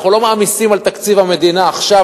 אנחנו לא מעמיסים על תקציב המדינה עכשיו